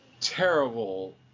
terrible